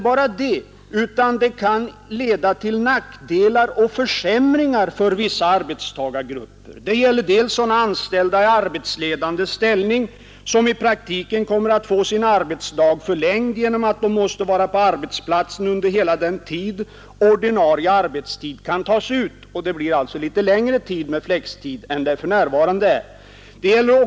Beträffande försämringarna gäller det exempelvis sådana anställda i arbetsledande ställning, som i praktiken kommer att få sin arbetsdag förlängd genom att de måste vara på arbetsplatsen under hela den tid ordinarie arbetstid kan tas ut. Det blir alltså längre tid med flextid än det är för närvarande.